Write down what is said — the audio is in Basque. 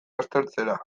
aztertzea